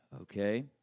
okay